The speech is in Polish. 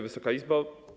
Wysoka Izbo!